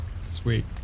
sweet